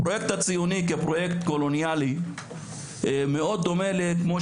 הפרויקט הציוני כפרויקט קולוניאלי מאוד דומה למה